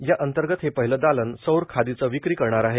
याअंतर्गत हे पहिले दालन सौर खादीचे विक्री करणार आहे